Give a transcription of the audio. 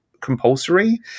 compulsory